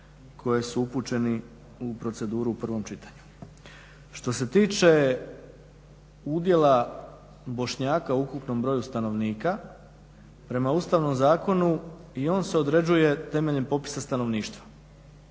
koji su upućeni u proceduru u prvom čitanju. Što se tiče udjela Bošnjaka u ukupnom broju stanovnika prema Ustavnom zakonu i on se određuje temeljem popisa stanovništva.